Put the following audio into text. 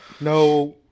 No